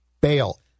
bail